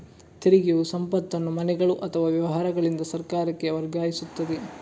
ತೆರಿಗೆಯು ಸಂಪತ್ತನ್ನು ಮನೆಗಳು ಅಥವಾ ವ್ಯವಹಾರಗಳಿಂದ ಸರ್ಕಾರಕ್ಕೆ ವರ್ಗಾಯಿಸುತ್ತದೆ